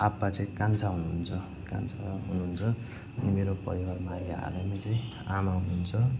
आप्पा चाहिँ कान्छा हुनुहुन्छ कान्छा हुनुहुन्छ अनि मेरो परिवारमा अहिले हालैमा चाहिँ आमा हुनुहुन्छ